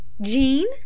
Jean